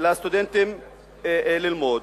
לסטודנטים ללמוד,